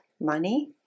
money